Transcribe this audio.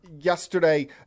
yesterday